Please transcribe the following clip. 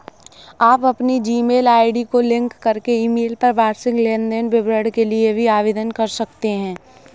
आप अपनी Gmail ID को लिंक करके ईमेल पर वार्षिक लेन देन विवरण के लिए भी आवेदन कर सकते हैं